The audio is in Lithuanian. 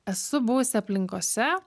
esu buvusi aplinkose